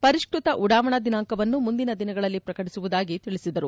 ಪರಿಷ್ನತ ಉಡಾವಣಾ ದಿನಾಂಕವನ್ನು ಮುಂದಿನ ದಿನಗಳಲ್ಲಿ ಪ್ರಕಟಿಸುವುದಾಗಿ ತಿಳಿಸಿದರು